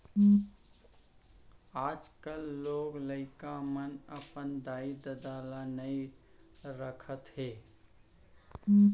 आजकाल लोग लइका मन अपन दाई ददा ल नइ राखत हें